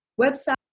website